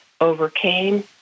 overcame